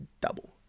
double